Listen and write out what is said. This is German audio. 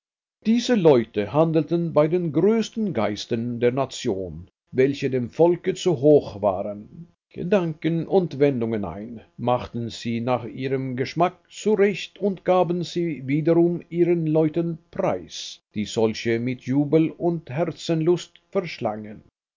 diese leute handelten bei den größten geistern der nation welche dem volke zu hoch waren gedanken und wendungen ein machten sie nach ihrem geschmack zurecht und gaben sie wiederum ihren leuten preis die solche mit jubel und herzenslust verschlangen